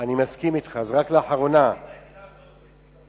אני הקמתי את היחידה הזו כשהגעתי למשרד המשפטים.